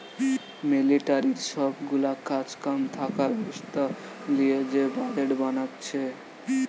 মিলিটারির সব গুলা কাজ কাম থাকা ব্যবস্থা লিয়ে যে বাজেট বানাচ্ছে